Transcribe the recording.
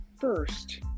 first